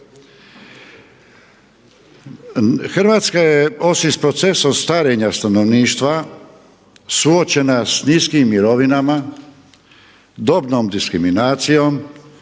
Hrvatska je osim s procesom starenja stanovništva suočena sa niskim mirovinama, dobnom diskriminacijom,